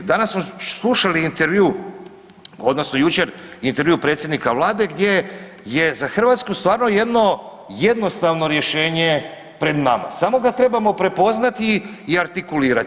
Danas smo slušali intervju odnosno jučer intervju predsjednika Vlade gdje je za Hrvatsku stvarno jedno jednostavno rješenje pred nama, samo ga trebamo prepoznati i artikulirati.